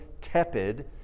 tepid